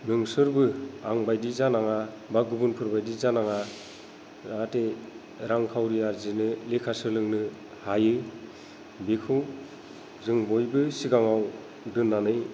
नोंसोरबो आंबायदि जानाङा बा गुबुनफोरबायदि जानाङा जाहाथे रांखावरि आरजिनो लेखा सोलोंनो हायो बिखौ जों बयबो सिगाङाव दोननानै